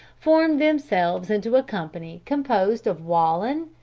formed themselves into a company composed of wallen,